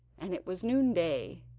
and it was noonday.